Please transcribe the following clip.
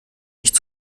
nicht